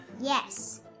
Yes